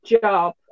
job